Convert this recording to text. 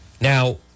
Now